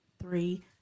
three